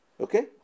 Okay